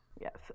yes